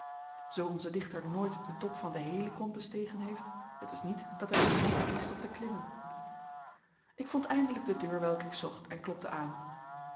zoo onze dichter nooit den top van den helicon bestegen heeft het is niet dat hij de gewoonte mist om te klimmen ik vond eindelijk de deur welke ik zocht en klopte aan